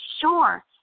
sure